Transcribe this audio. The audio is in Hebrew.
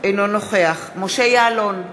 אינו נוכח משה יעלון,